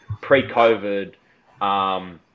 pre-COVID